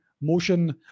motion